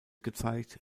gezeigt